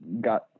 got